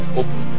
open